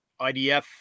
IDF